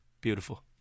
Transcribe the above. Beautiful